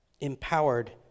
empowered